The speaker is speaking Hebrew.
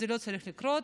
וזה לא צריך לקרות,